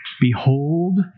Behold